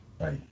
Right